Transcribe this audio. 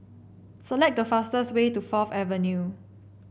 select the fastest way to Fourth Avenue